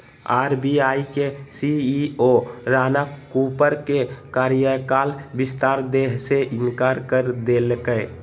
RBI के CEO Rana Kapoor के कार्यकाल विस्तार दय से इंकार कर देलकय